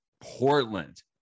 Portland